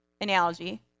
analogy